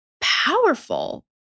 powerful